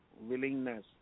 willingness